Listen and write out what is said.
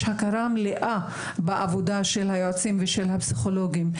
הכרה מלאה בעבודה של היועצים ושל הפסיכולוגים,